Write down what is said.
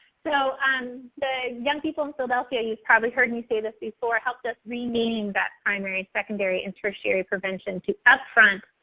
so um the young people in philadelphia, you've probably heard me say this before, helped us renaming that primary, secondary, and tertiary prevention to up front,